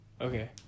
Okay